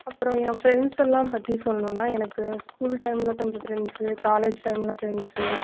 அப்புறோம் என் ஃப்ரெண்ட்ஸ் எல்லாம் பற்றி சொல்லணுனா எனக்கு ஸ்கூல் டைமில் கொஞ்சம் ஃப்ரெண்ட்ஸு காலேஜ் டைமில் ஃப்ரெண்ட்ஸு